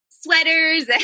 sweaters